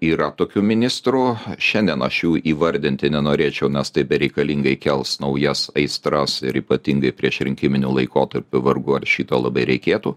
yra tokių ministrų šiandien aš jų įvardinti nenorėčiau nes tai bereikalingai kels naujas aistras ir ypatingai priešrinkiminiu laikotarpiu vargu ar šito labai reikėtų